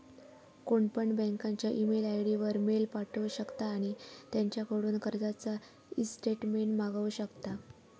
कोणपण बँकेच्या email ID वर मेल पाठवु शकता आणि त्यांच्याकडून कर्जाचा ईस्टेटमेंट मागवु शकता